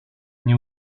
nie